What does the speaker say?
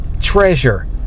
treasure